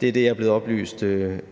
Det er det, jeg er blevet oplyst